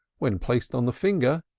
when placed on the finger,